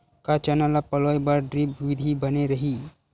का चना ल पलोय बर ड्रिप विधी बने रही?